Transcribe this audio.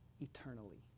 eternally